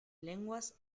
lenguas